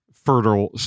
fertile